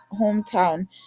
hometown